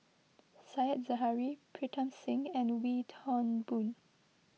Said Zahari Pritam Singh and Wee Toon Boon